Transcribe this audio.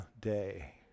day